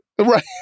Right